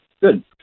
Good